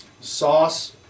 Sauce